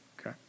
Okay